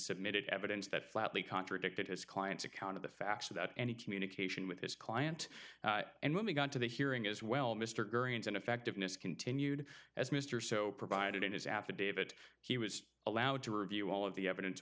submitted evidence that flatly contradicted his client's account of the facts without any communication with his client and when we got to the hearing as well mr green's ineffectiveness continued as mr so provided in his affidavit he was allowed to review all of the evidence